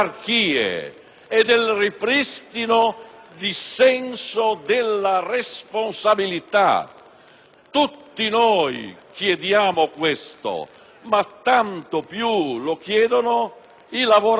e del senso della responsabilità. Tutti noi chiediamo questo, ma tanto più lo chiedono i lavoratori,